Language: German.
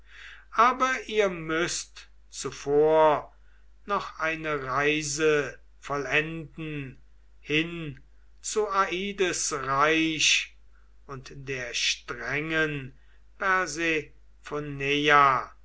aber ihr müßt zuvor noch eine reise vollenden hin zu aides reich und der strengen